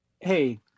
Hey